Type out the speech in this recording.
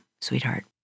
sweetheart